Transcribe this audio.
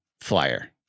flyer